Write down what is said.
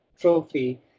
trophy